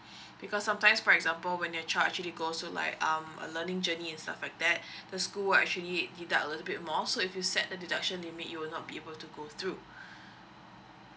because sometimes for example when they charge you will cost also like um a learning journey and stuff like that the school will actually deduct a bit more so if you set the deduction limit you will not be able to go through